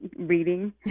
reading